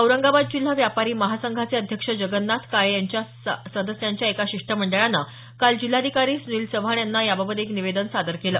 औरंगाबाद जिल्हा व्यापारी महासंघाचे अध्यक्ष जगनाथ काळे यांच्यासह सदस्यांच्या एका शिष्टमंडळानं काल जिल्हाधिकारी सुनील चव्हाण यांना याबाबत एक निवेदन सादर केलं